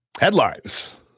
Headlines